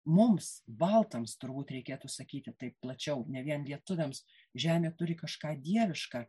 mums baltams turbūt reikėtų sakyti taip plačiau ne vien lietuviams žemė turi kažką dieviška